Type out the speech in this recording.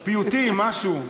פיוטים, משהו,